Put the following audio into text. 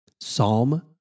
Psalm